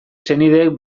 senideek